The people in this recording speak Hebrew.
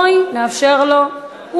בואי נאפשר לו.